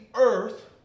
earth